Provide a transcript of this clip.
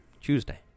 Tuesday